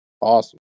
Awesome